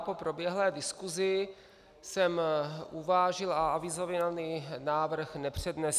Po proběhlé diskusi jsem uvážil a avizovaný návrh nepřednesu.